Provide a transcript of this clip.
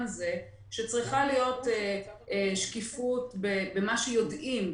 הזה שצריכה להיות שקיפות במה שיודעים,